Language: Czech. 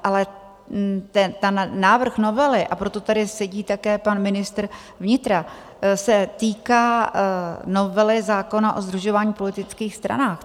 Ale ten návrh novely, a proto tady sedí také pan ministr vnitra, se týká novely zákona o sdružování v politických stranách.